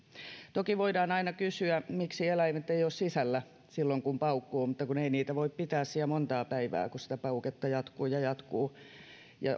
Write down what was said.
toki voidaan aina kysyä miksi eläimet eivät ole sisällä silloin kun paukkuu mutta kun ei niitä voi pitää siellä monta päivää kun sitä pauketta jatkuu ja jatkuu ja